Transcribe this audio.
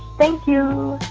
thank you.